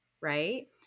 Right